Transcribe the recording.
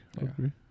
agree